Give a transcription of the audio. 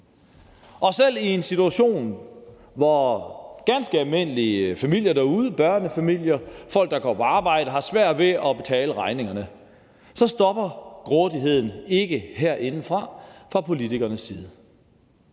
få. Selv i en situation, hvor ganske almindelige familier derude, børnefamilier, folk, der går på arbejde, har svært ved at betale regningerne, stopper grådigheden herinde fra fra politikernes side